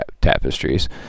tapestries